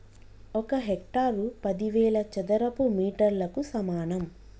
ఒక హెక్టారు పదివేల చదరపు మీటర్లకు సమానం